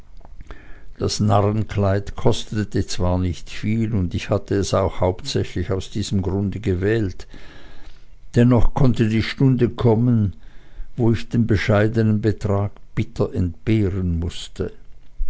das narrenkleid kostete zwar nicht viel und ich hatte es auch hauptsächlich aus diesem grunde gewählt dennoch konnte die stunde kommen wo ich den bescheidenen betrag bitter entbehren mußte